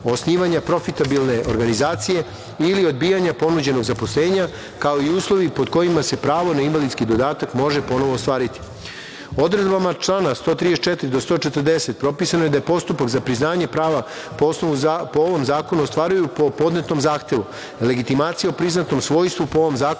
osnivanja profitabilne organizacije ili odbijanje ponuđenog zaposlenja, kao i uslovi pod kojima se pravo na invalidski dodatak može ponovo ostvariti. Odredbama člana od 134. do 140. propisano je da postupak za priznanje prava po ovom zakonu ostvaruju po podnetom zahtevu. Legitimacija o priznatom svojstvu po ovom zakonu